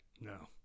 No